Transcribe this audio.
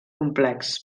complex